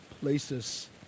places